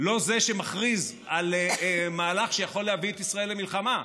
הוא לא זה שמכריז על מהלך שיכול להביא את ישראל למלחמה.